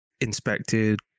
inspected